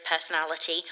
personality